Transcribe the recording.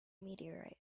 meteorite